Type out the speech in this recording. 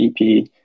EP